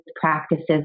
practices